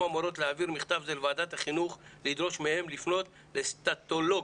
המורות להעביר מכתב זה לוועדת החינוך לדרוש מהם לפנות לסטטולוג